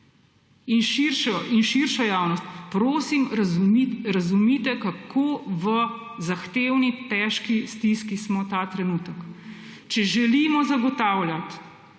in širšo javnost, prosim, razumite, v kako zahtevni, težki stiski smo ta trenutek. Če želimo zagotavljati